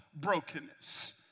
brokenness